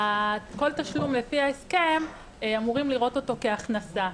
כל תשלום לפני ההסכם אמורים לראות אותו כהכנסה.